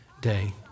day